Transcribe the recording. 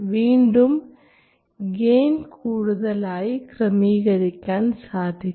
വീണ്ടും ഗെയിൻ കൂടുതലായി ക്രമീകരിക്കാൻ സാധിക്കും